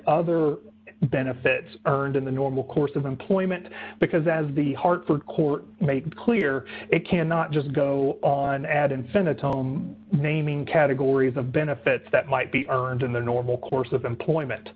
other benefits earned in the normal course of employment because as the hartford court make clear it cannot just go on ad infinitum naming categories of benefits that might be earned in the normal course of employment